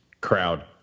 crowd